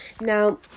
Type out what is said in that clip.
Now